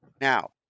Now